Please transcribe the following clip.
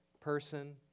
person